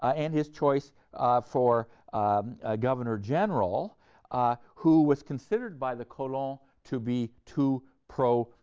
ah and his choice for governor general ah who was considered by the colons to be too pro-arab,